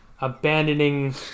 abandoning